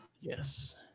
Yes